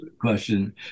question